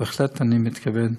בהחלט אני מתכוון.